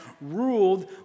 ruled